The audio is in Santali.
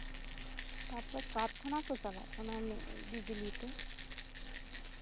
ᱛᱟᱨᱯᱚᱨᱮ ᱠᱟᱨᱠᱷᱟᱱᱟ ᱠᱚ ᱪᱟᱞᱟᱜ ᱠᱟᱱᱟ ᱵᱤᱡᱽᱞᱤ ᱛᱮ